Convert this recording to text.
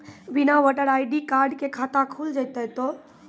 बिना voter ID card के खाता खुल जैते तो?